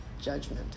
judgment